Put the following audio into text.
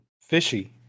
Fishy